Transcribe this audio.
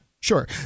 Sure